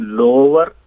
lower